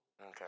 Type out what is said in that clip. okay